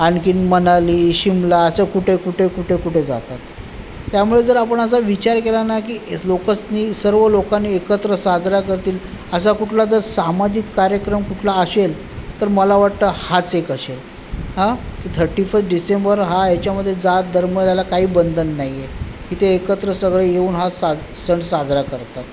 आणखीन मनाली शिमला असं कुठे कुठे कुठे कुठे जातात त्यामुळे जर आपण असा विचार केला ना की लोकस्नी सर्व लोकांनी एकत्र साजरा करतील असा कुठला जर सामाजिक कार्यक्रम कुठला असेल तर मला वाटतं हाच एक असेल हां थर्टी फस्ट डिसेंबर हा याच्यामधे जात धर्म याला काही बंधन नाही आहे इथे एकत्र सगळे येऊन हा साज हा सण साजरा करतात